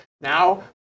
Now